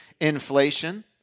Inflation